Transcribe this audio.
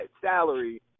salary